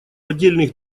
отдельных